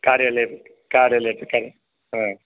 कार्यालये कार्यालयेषु ह